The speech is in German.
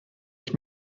ich